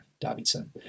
davidson